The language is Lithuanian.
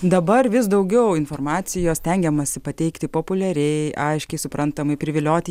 dabar vis daugiau informacijos stengiamasi pateikti populiariai aiškiai suprantamai privilioti